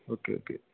okay okay